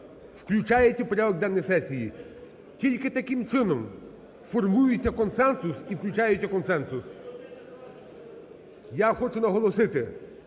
включаються у порядок денний сесії. Тільки таким чином формується консенсус і включається консенсус. Я хочу наголосити,